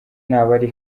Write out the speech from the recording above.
n’abari